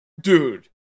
dude